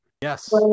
Yes